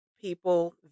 people